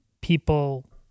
people